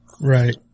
Right